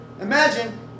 Imagine